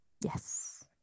Yes